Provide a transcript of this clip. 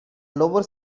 lower